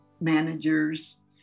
managers